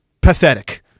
pathetic